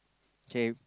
okay